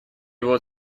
вот